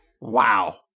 wow